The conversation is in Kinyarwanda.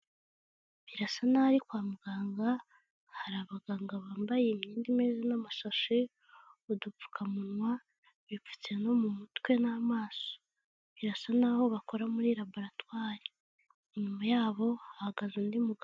Birasa n'aho ari kwa muganga hari abaganga bambaye imyenda imeze n'amasashi, udupfukamunwa, bipfutse no mu mutwe n'amaso. Birasa n'aho bakora muri laboratwari, inyuma yabo hagaze undi mugabo.